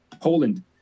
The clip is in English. Poland